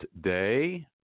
day